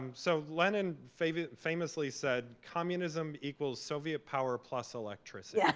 um so lenin famously famously said, communism equals soviet power plus electricity. yeah